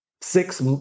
six